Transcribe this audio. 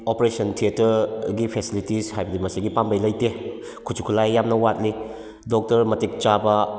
operation ꯊꯤꯑꯦꯇꯔꯒꯤ facilities ꯍꯥꯏꯕꯗꯤ ꯃꯁꯤꯒꯤ ꯄꯥꯝꯕꯩ ꯂꯩꯇꯦ ꯈꯨꯠꯁꯨ ꯈꯨꯠꯂꯥꯏ ꯌꯥꯝꯅ ꯋꯥꯠꯂꯤ ꯗꯣꯛꯇꯔ ꯃꯇꯤꯛ ꯆꯥꯕ